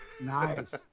Nice